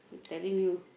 telling you